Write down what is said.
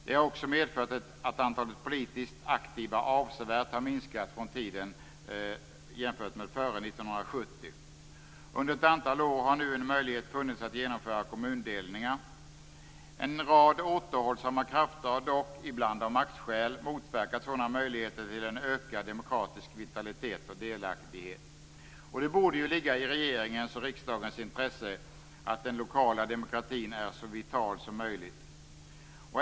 De har också medfört att antalet politiskt aktiva avsevärt har minskat jämfört med tiden före 1970. Under ett antal år har nu en möjlighet funnits att genomföra kommundelningar. En rad återhållsamma krafter har dock - ibland av maktskäl - motverkat sådana möjligheter till en ökad demokratisk vitalitet och delaktighet. Och det borde ju ligga i regeringens och riksdagens intresse att den lokala demokratin är så vital som möjlighet.